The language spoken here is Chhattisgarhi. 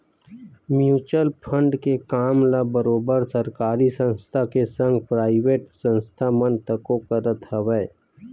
म्युचुअल फंड के काम ल बरोबर सरकारी संस्था के संग पराइवेट संस्था मन तको करत हवय